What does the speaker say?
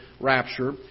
rapture